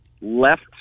left